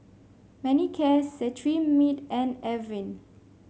Manicare Cetrimide and Avene